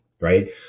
right